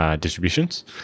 distributions